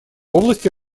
области